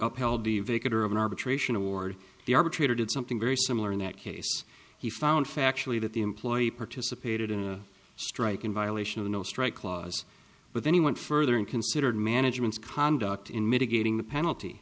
upheld the vicar of an arbitration award the arbitrator did something very similar in that case he found factually that the employee participated in a strike in violation of the no strike clause but then he went further and considered management's conduct in mitigating the penalty